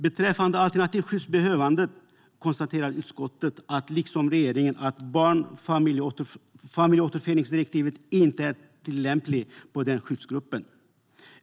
Beträffande alternativt skyddsbehövande konstaterar utskottet liksom regeringen att familjeåterföreningsdirektivet inte är tillämpligt på den skyddsgruppen.